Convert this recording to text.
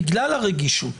בגלל הרגישות